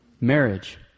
Marriage